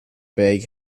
bag